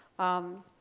um,